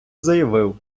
заявив